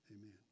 Amen